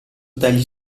dagli